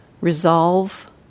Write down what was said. resolve